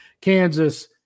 Kansas